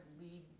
lead